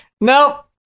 nope